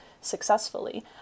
successfully